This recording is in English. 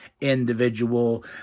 individual